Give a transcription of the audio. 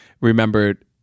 remembered